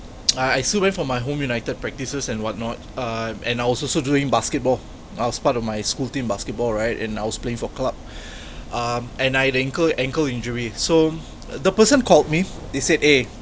I I still went for my home united practices and whatnot uh and I was also doing basketball I was part of my school team basketball right and I was playing for club um and I had ankle ankle injury so the person called me they said eh